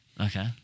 Okay